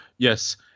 Yes